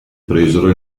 presero